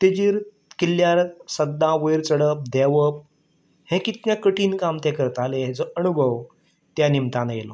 ताजेर किल्ल्यार सद्दां वयर चडप देंवप हें कितकें कठीण काम ते करताले हाजो अणभव त्या निमतान येयलो